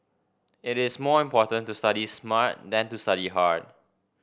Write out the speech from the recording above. it is more important to study smart than to study hard